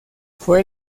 fue